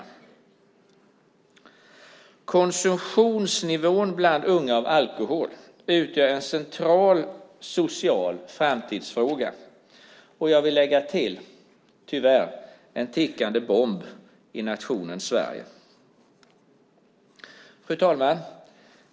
Ungas konsumtionsnivå när det gäller alkohol utgör en central social framtidsfråga och tyvärr - vill jag lägga till - en tickande bomb i nationen Sverige. Fru talman!